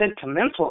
sentimental